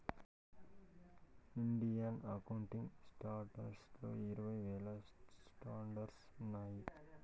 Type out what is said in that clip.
Indian accounting standards లో ఇరవై రకాల స్టాండర్డ్స్ ఉన్నాయి